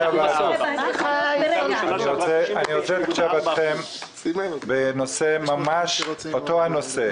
אני רוצה להתייחס לנושא שהוא ממש אותו הנושא,